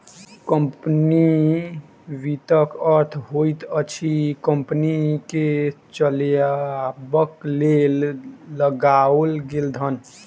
company वित्तक अर्थ होइत अछि कम्पनी के चलयबाक लेल लगाओल गेल धन